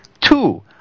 Two